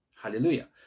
Hallelujah